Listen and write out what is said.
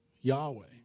Yahweh